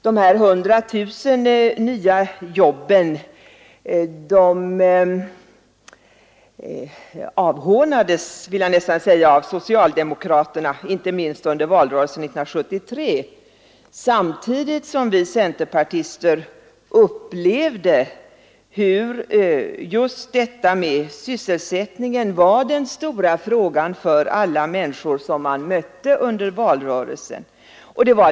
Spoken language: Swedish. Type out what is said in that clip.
Dessa 100 000 nya jobb avhånades, vill jag nästan säga, av socialdemokraterna, inte minst under valrörelsen 1973, samtidigt som vi centerpartister upplevde hur just detta med sysselsättning var den stora frågan för alla människor som man mötte under valrörelsen.